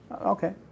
Okay